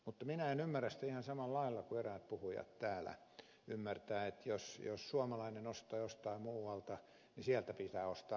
mutta minä en ymmärrä sitä ihan samalla lailla kuin eräät puhujat täällä ymmärtävät että jos suomalainen ostaa jostain muualta niin sieltä pitää ostaa yhtä aikaa